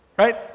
Right